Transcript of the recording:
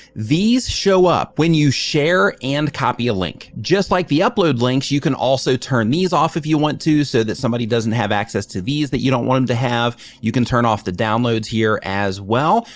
these show up when you share and copy a link. just like the upload links, you can also turn these off if you want to so that somebody doesn't have access to these that you don't want them to have. you can turn off the downloads here as well.